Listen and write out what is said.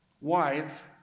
wife